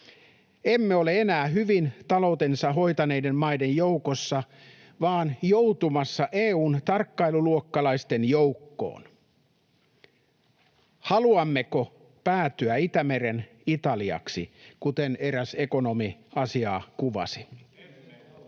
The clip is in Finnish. Emme ole enää hyvin taloutensa hoitaneiden maiden joukossa, vaan joutumassa EU:n tarkkailuluokkalaisten joukkoon. Haluammeko päätyä Itämeren Italiaksi, kuten eräs ekonomi asiaa kuvasi?